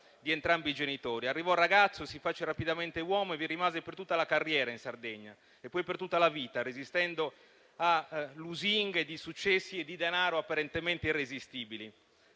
di entrambi i genitori. Arrivò ragazzo, si fece rapidamente uomo e rimase in Sardegna per tutta la carriera e poi per tutta la vita, resistendo a lusinghe di successi e di denaro apparentemente irresistibili.